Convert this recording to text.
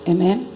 Amen